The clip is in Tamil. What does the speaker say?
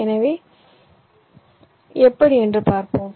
எனவே எப்படி என்று பார்ப்போம்